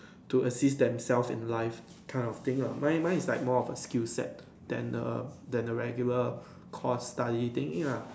to assist themselves in life that kind of thing lah mine mine is more like a skill set than a regular course study thing lah